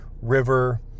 river